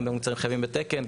גם במוצרים חייבים בתקן,